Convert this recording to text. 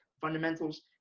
fundamentals